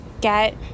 get